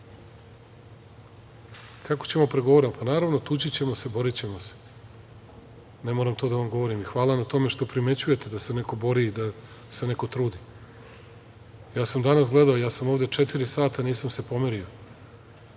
ćemo da pregovaramo? Naravno, tući ćemo se, borićemo se, ne moram to da vam govorim, hvala na tome što primećujete da se neko bori i da se neko trudi. Ja sam danas gledao, ja sam ovde četiri sata i nisam se pomerio,